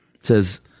says